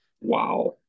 wow